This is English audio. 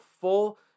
full